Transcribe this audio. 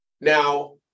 now